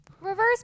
reverse